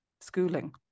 schooling